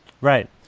Right